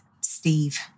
Steve